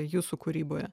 jūsų kūryboje